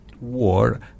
war